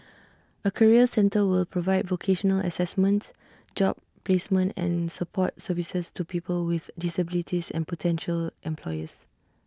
A career centre will provide vocational Assessment job placement and support services to people with disabilities and potential employers